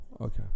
okay